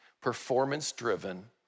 performance-driven